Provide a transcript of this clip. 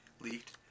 leaked